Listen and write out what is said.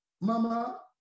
Mama